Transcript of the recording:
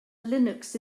linux